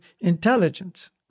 intelligence